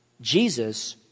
Jesus